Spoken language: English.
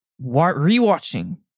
re-watching